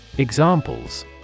Examples